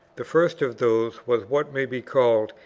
the first of those was what may be called,